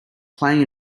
playing